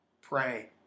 Pray